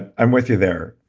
i'm with you there.